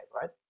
Right